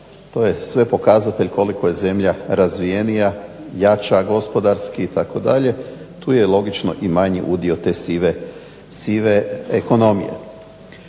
to je sve pokazatelj koliko je zemlja razvijenija, jača gospodarski itd. Tu je logično i manji udio te sive ekonomije.